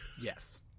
Yes